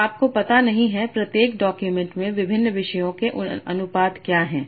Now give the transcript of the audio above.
और आपको पता नहीं है प्रत्येक डॉक्यूमेंट में विभिन्न विषयों के अनुपात क्या हैं